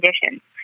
conditions